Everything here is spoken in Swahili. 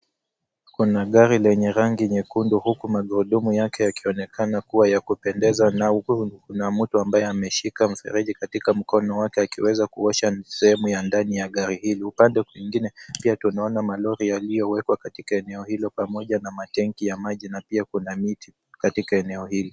Kuna gari lenye rangi nyekundu huku magurudumu yake yakionekana kuwa ya kupendeza na huku kuna mtu ambaye ameshika mfereji katika mkono wake akiweza kuosha sehemu ya ndani ya gari hili. Upande mwingine pia tunaona malori yaliyowekwa katika eneo hilo pamoja na matenki ya maji na pia kuna miti katika eneo hili.